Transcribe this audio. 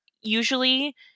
usually